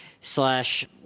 slash